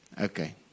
Okay